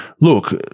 look